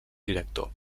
director